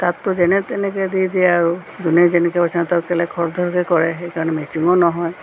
তাতটো যেনে তেনেকৈ দি দিয়ে আৰু যোনে যেনেকৈ পাইছে সিঁহতৰ ইফালে খৰধৰকৈ কৰে সেইকাৰণে মেচিঙো নহয়